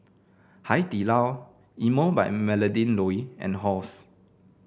Hai Di Lao Emel by Melinda Looi and Halls